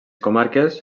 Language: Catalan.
comarques